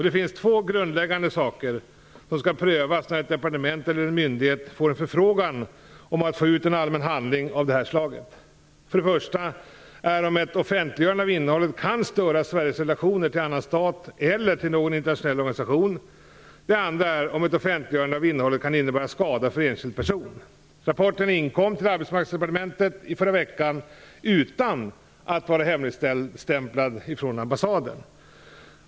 Det finns två grundläggande saker som skall prövas när ett departement eller en myndighet får en förfrågan om att få ut en allmän handling av det här slaget. Det första är om ett offentliggörande av innehållet kan störa Sveriges relationer till annan stat eller till någon internationell organisation. Det andra är om ett offentliggörande av innehållet kan innebära skada för enskild person. Rapporten inkom till Arbetsmarknadsdepartementet i förra veckan utan att vara hemligstämplad från ambassaden.